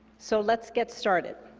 so let's get started.